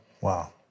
Wow